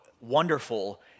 wonderful